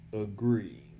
agree